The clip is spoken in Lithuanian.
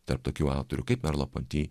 tarp tokių autorių kaip merlo ponti